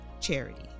charity